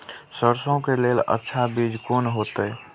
सरसों के लेल अच्छा बीज कोन होते?